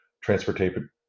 transportation